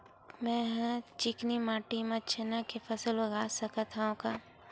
मै ह चिकना माटी म चना के फसल उगा सकथव का?